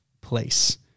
place